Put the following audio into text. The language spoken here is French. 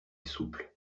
souple